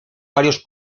varios